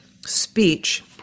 speech